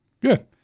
Good